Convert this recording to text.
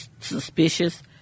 suspicious